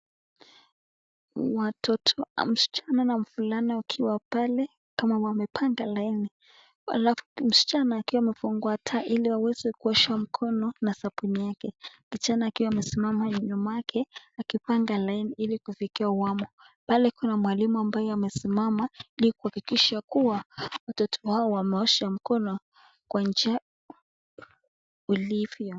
Watoto, msichana na mvulana wakiwa pale kama wamepanga laini. Alafu msichana akiwa amefungua (tap) ili aweze kuosha mikono na sabuni yake. Kijana akiwa amesimama nyuma yake akipanga laini ili kufikia awamu. Pale kuna mwalimu ambaye amesimama ili kuhakikisha kua watoto hao wameosha mikono kwa njia ilivyo.